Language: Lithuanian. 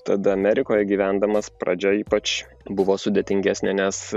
tada amerikoj gyvendamas pradžia ypač buvo sudėtingesnė nes